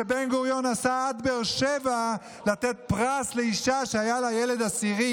בן-גוריון נסע עד באר שבע לתת פרס לאישה שהיה לה ילד עשירי,